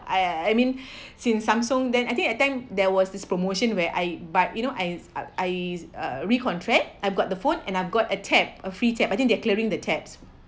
I I mean since Zamsung then I think I thank there was this promotion where I but you know I I uh recontract I've got the phone and I've got a tab a free tab I think they're clearing the tabs